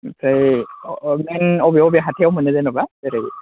ओमफ्राय बबे बबे हाथायआवहाय मोनो जेनेबा जेरै